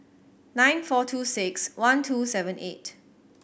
nine four two six one two seven eight